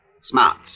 Smart